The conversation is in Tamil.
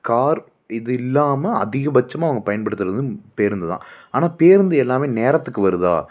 கார் இது இல்லாமல் அதிகபட்சமாக அவங்க பயன்படுத்துறது வந்து பேருந்து தான் ஆனால் பேருந்து எல்லாமே நேரத்துக்கு வருதா